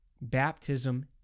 baptism